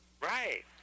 Right